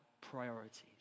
priorities